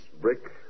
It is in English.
brick